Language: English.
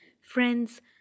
friends